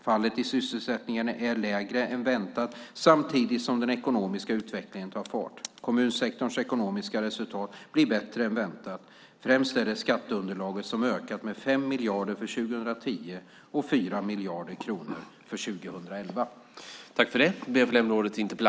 Fallet i sysselsättning är lägre än väntat samtidigt som den ekonomiska utvecklingen tar fart. Kommunsektorns ekonomiska resultat blir bättre än väntat. Främst är det skatteunderlaget som ökat med 5 miljarder för 2010 och 4 miljarder för 2011.